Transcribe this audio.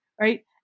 right